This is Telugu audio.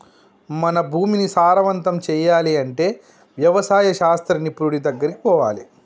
మన భూమిని సారవంతం చేయాలి అంటే వ్యవసాయ శాస్త్ర నిపుణుడి దెగ్గరికి పోవాలి